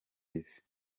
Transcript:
isi